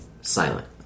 silent